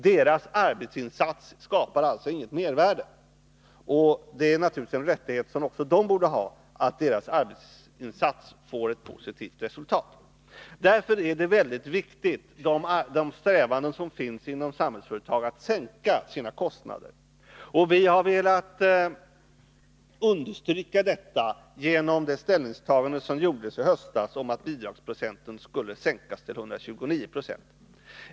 Deras arbetsinsatser skapar inget mervärde, och det är en rättighet som också de borde ha att deras arbetsinsatser får ett positivt resultat. Därför är det en viktig strävan inom Samhällsföretag att sänka kostnaderna. Vi har velat understryka detta genom det ställningstagande som gjordes i höstas om att bidragsprocenten skulle sänkas till 129 20.